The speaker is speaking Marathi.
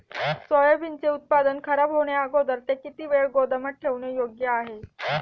सोयाबीनचे उत्पादन खराब होण्याअगोदर ते किती वेळ गोदामात ठेवणे योग्य आहे?